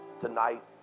tonight